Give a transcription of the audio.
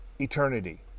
eternity